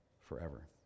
forever